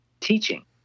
teaching